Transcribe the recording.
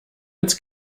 als